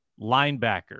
linebacker